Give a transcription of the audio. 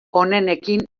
onenekin